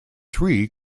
three